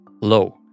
low